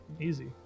Easy